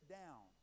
down